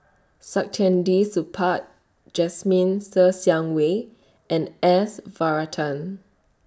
Saktiandi Supaat Jasmine Ser Xiang Wei and S Varathan